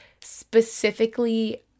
specifically